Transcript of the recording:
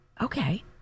okay